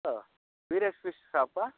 ಹಾಂ ಫೀರಿಯಸ್ ಫಿಶ್ ಶಾಪಾ